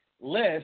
list